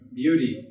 beauty